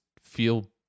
feel